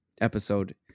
episode